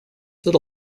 that